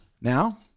Now